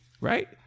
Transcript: right